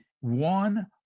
one